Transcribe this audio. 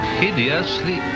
hideously